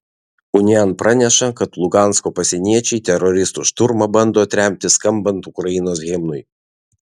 unian praneša kad lugansko pasieniečiai teroristų šturmą bando atremti skambant ukrainos himnui